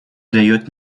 дает